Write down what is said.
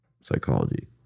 psychology